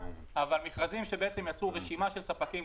אבל מכרזים שיצרו רשימה של ספקים,